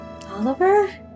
Oliver